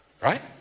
Right